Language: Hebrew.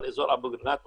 אבל אזור אבו קרינאת מפותח.